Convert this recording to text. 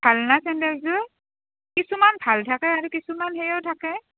ভাল নে চেণ্ডেলযোৰ কিছুমান ভাল থাকে আৰু কিছুমান সেয়ো থাকে